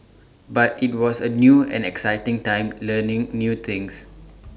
but IT was A new and exciting time learning new things